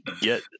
get